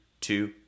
two